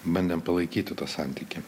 bandėm palaikyti tą santykį